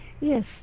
Yes